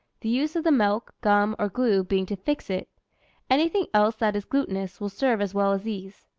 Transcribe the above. the use of the milk, gum, or glue being to fix it anything else that is glutinous will serve as well as these.